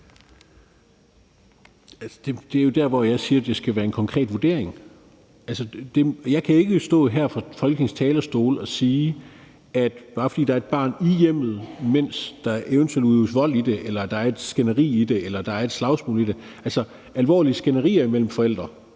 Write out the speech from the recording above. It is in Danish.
Det er jo der, hvor jeg siger, at det skal være en konkret vurdering. Jeg kan ikke stå her på Folketingets talerstol og sige, at bare fordi der er et barn i hjemmet, mens der eventuelt udøves vold, er et skænderi eller et slagsmål i det, så er det sådan. Alvorlige skænderier imellem forældre,